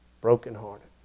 brokenhearted